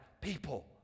people